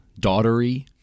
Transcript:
daughtery